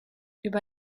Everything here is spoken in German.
über